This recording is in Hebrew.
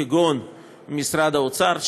כגון משרד האוצר,